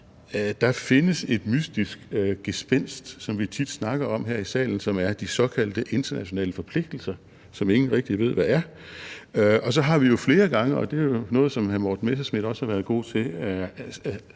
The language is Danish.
Der findes et mystisk gespenst, som vi tit taler om her i salen, som er de såkaldte internationale forpligtelser, som ingen rigtig ved hvad er. Og så har vi jo flere gange – og det er noget, som hr. Morten Messerschmidt også har været god til